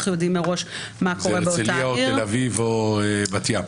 יודעים מראש מה קורה באותה עיר --- זו הרצליה או תל אביב או בת ים.